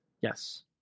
Yes